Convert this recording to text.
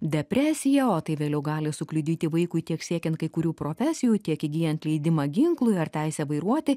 depresiją o tai vėliau gali sukliudyti vaikui tiek siekiant kai kurių profesijų tiek įgyjant leidimą ginklui ar teisę vairuoti